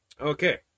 Okay